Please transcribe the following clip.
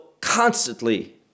constantly